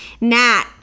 Nat